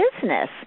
business